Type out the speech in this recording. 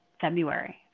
February